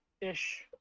ish